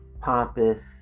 pompous